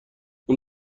اون